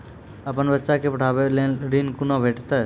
अपन बच्चा के पढाबै के लेल ऋण कुना भेंटते?